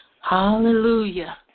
Hallelujah